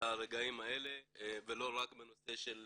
הרגעים הללו ולא רק בנושא של